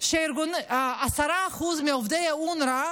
ש-10% מעובדי אונר"א